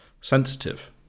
sensitive